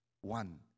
one